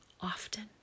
often